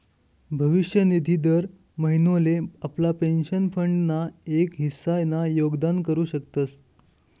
भविष्य निधी दर महिनोले आपला पेंशन फंड ना एक हिस्सा ना योगदान करू शकतस